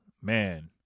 man